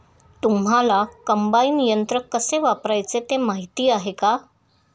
तुम्हांला कम्बाइन यंत्र कसे वापरायचे ते माहीती आहे का?